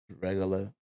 Regular